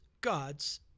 God's